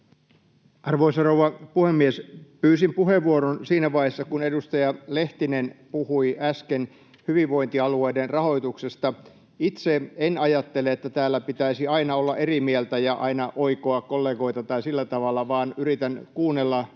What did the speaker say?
Arvoisa rouva puhemies! Pyysin puheenvuoron siinä vaiheessa, kun edustaja Lehtinen puhui äsken hyvinvointialueiden rahoituksesta. Itse en ajattele, että täällä pitäisi aina olla eri mieltä ja aina oikoa kollegoita tai sillä tavalla, vaan yritän kuunnella eri puheenvuoroja